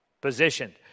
Positioned